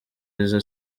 izo